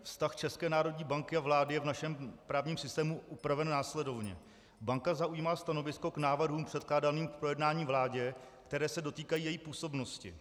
Vztah České národní banky a vlády je v našem právním systému upraven následovně: Banka zaujímá stanovisko k návrhům předkládaným k projednání vládě, které se dotýkají její působnosti.